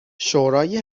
شورای